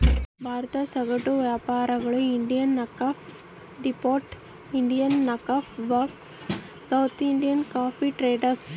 ಭಾರತದ ಸಗಟು ವ್ಯಾಪಾರಿಗಳು Indian coffee depot, Indian coffee works, South Indian coffee traders